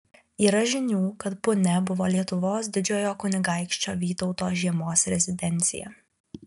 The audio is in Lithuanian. yra žinių kad punia buvo lietuvos didžiojo kunigaikščio vytauto žiemos rezidencija